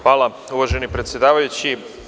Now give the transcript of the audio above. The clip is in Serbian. Hvala, uvaženi predsedavajući.